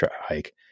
hike